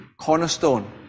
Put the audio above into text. cornerstone